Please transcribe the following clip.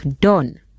done